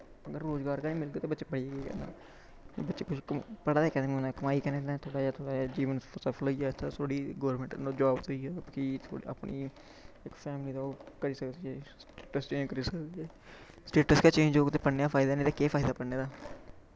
अगर रोज़गार गै नी मिलग ते बच्चें पढ़ियै केह् करना बच्चे पढ़ा दे केह्दै तांई कमाई करने तांई थोह्ड़ा जेहा जीवन सफल होइया इत्थै थोह्ड़ी गौरमैंट जॉव थ्होई जा कि अपनी फैमली दा ओह् करी सकदे सिस्टम स्टेटस गै चेंज होग ते पढ़ने दा फायदा नेंई ते केह् फायदा पढ़ने दा